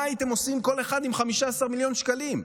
מה הייתם עושים כל אחד עם 15 מיליון שקלים?